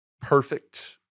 perfect